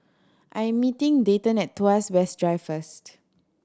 I am meeting Dayton at Tuas West Drive first